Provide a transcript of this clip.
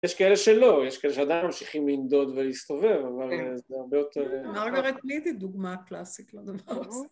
‫יש כאלה שלא, יש כאלה שאעדיין ‫ממשיכים לנדוד ולהסתובב, אבל זה הרבה יותר... - ‫אמרת לי את הדוגמה הקלאסית, .